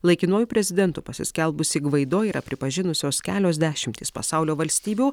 laikinuoju prezidentu pasiskelbusį gvaido yra pripažinusios kelios dešimtys pasaulio valstybių